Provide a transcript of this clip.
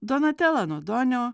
donatelą nuo adonio